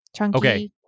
Okay